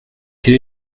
quel